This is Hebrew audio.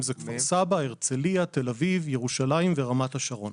הערים זה כפר סבא, תל אביב, ירושלים ורמת השרון.